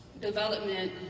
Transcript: development